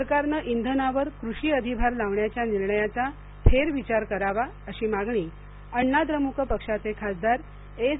सरकारनं इंधनावर कृषी अधिभार लावण्याच्या निर्णयाचा फेरविचार करावा अशी मागणी अण्णा द्रमुक पक्षाचे खासदार एस